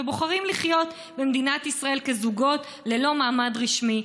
ובוחרים לחיות במדינת ישראל כזוגות ללא מעמד רשמי.